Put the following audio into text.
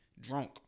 drunk